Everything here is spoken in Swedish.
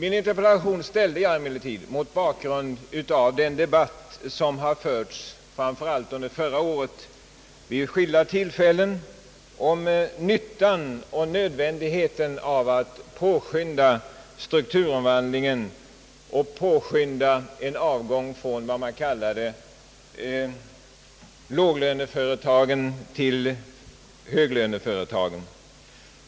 Interpellationen framställdes mot bakgrunden av den debatt, som fördes framför allt under förra året vid skilda tillfällen, om nyttan och nödvändigheten av att påskynda strukturomvandlingen och en övergång från vad man kallade låglöneföretagen till höglöneföretagen.